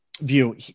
view